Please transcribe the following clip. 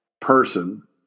person